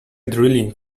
drilling